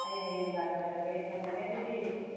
ꯑꯩ ꯍꯌꯦꯡ ꯂꯥꯛꯆꯔꯒꯦ ꯊꯝꯃꯒꯦ ꯑꯗꯨꯗꯤ